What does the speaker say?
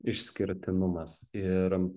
išskirtinumas ir